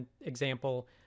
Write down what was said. example